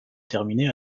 terminer